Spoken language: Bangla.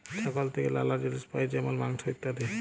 ছাগল থেক্যে লালা জিলিস পাই যেমল মাংস, ইত্যাদি